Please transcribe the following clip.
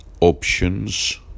Options